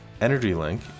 EnergyLink